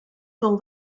full